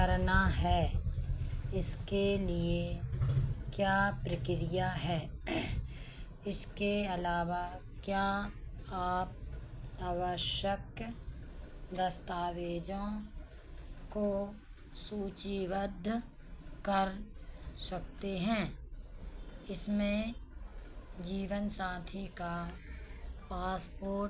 करना है इसके लिए क्या प्रक्रिया है इसके अलावा क्या आप आवश्यक दस्तावेज़ों को सूचीबद्ध कर सकते हैं इसमें जीवनसाथी का पासपोर्ट